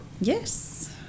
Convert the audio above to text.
Yes